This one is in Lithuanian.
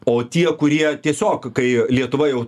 o tie kurie tiesiog kai lietuva jau